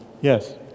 Yes